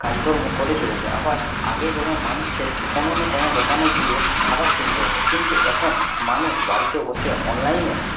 কাজকর্ম করে চলেছে আবার আগে যেমন মানুষকে কোনো না কোনো দোকানে গিয়ে খাবার কিনতে হতো কিন্তু এখন মানুষ বাড়িতে বসে অনলাইনে